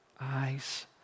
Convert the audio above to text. eyes